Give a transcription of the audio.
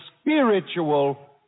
spiritual